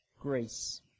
grace